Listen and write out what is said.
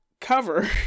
cover